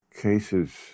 cases